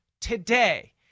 today